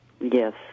Yes